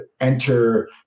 Enter